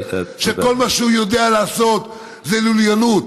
שכל מה שהוא יודע לעשות זה לוליינות.